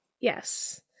Yes